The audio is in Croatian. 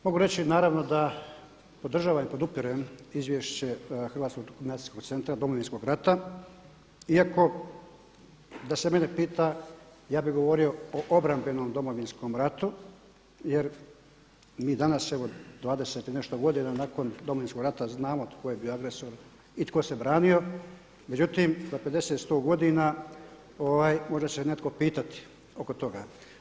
Mogu reći naravno da podržavam i podupirem izvješće Hrvatskog dokumentacijskog centra Domovinskog rata iako da se mene pita ja bi govorio o obrambenom Domovinskom ratu jer mi danas evo 20 i nešto godina nakon Domovinskog rata znamo tko je bio agresor i tko se branio međutim za 50, 100 godina možda će netko pitati oko toga.